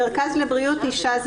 מרכז לבריאות האישה.